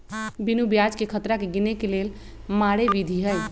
बिनु ब्याजकें खतरा के गिने के लेल मारे विधी हइ